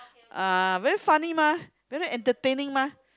uh very funny mah very entertaining mah